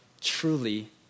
truly